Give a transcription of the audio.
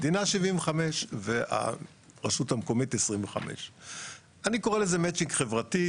המדינה 75% והרשות המקומית 25%. אני קורא לזה מצ'ינג חברתי.